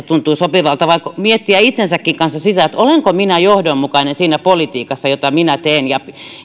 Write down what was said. tuntuvat sopivilta vaan pitäisi miettiä itsensäkin kanssa sitä että olenko minä johdonmukainen siinä politiikassa jota minä teen ja